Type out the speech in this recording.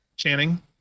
channing